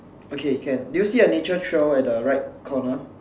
okay can do you see a nature trail at the right corner